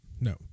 No